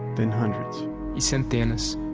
then hundreds e centenas